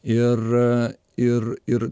ir ir ir